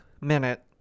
minute